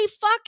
Fuck